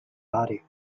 body